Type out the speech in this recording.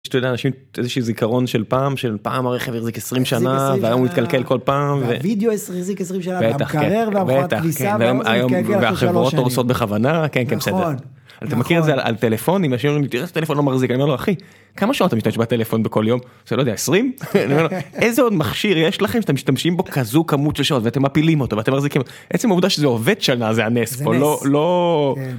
איזשהו זיכרון של פעם, הרכב החזיק 20 שנה והיום הוא מתקלקל כל פעם והחברות הורסות בכוונה כן כן, בסדר. אתה מכיר את זה על טלפונים, אנשים אומרים "תראה את הטלפון לא מחזיק", אני אומר לו אחי, כמה שעות אתה משתמש בטלפון בכל יום. אני לא יודע, 20? איזה עוד מכשיר יש לכם שאתם משתמשים בו כזו כמות שעות, ואתם מפילים אותו... עצם העובדה שזה עובד שנה זה נס, לא לא...